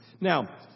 Now